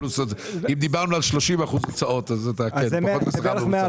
אם דיברנו על 30% הוצאות אז זה פחות מהשכר הממוצע במשק.